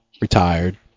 retired